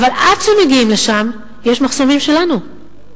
עד שמגיעים לשם יש מחסומים שלנו.